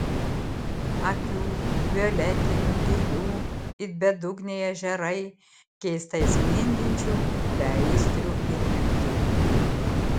akių violetinių gilių it bedugniai ežerai keistai spindinčių beaistrių ir piktų